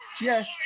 Yes